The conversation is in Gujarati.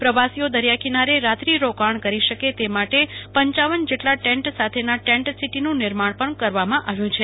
પ્રવાસીઓ દરિયા કિનારે રાત્રિ રોકાણ કરી શકે તે માટે પપ ટેન્ટ સાથેના ટેન્ટ સિટીનું પણ નિર્માણ કરવામાં આવ્યું છે